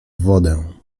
wodę